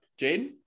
Jaden